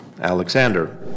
Alexander